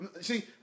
See